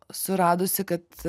suradusi kad